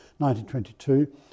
1922